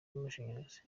z’amashanyarazi